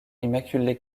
immaculée